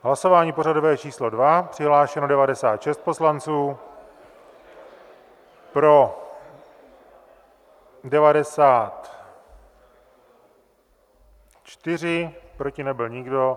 Hlasování pořadové číslo 2, přihlášeno 96 poslanců, pro 94, proti nebyl nikdo.